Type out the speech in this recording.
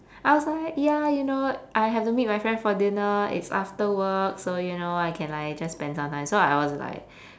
I was like ya you know I have to meet my friend for dinner it's after work so you know I can like just spend some time so I was like